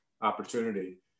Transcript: opportunity